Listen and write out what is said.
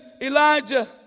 Elijah